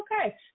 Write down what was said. okay